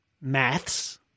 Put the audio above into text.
maths